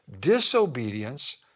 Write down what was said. Disobedience